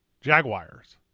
Jaguars